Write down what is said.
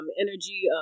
energy